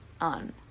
on